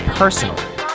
personally